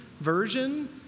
version